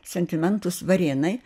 sentimentus varėnai